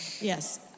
Yes